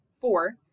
Four